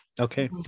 Okay